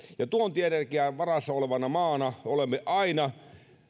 tuontienergian varassa olevana maana olemme aina